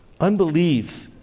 Unbelief